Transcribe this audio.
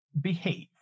behave